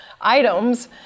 items